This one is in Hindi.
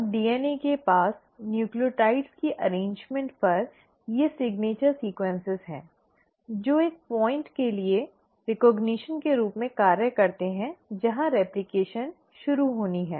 अब डीएनए के पास न्यूक्लियोटाइड्स की व्यवस्था पर ये सिग्नचर अनुक्रम हैं जो एक बिंदु के लिए मान्यता के रूप में कार्य करते हैं जहां रेप्लकेशन शुरू होनी है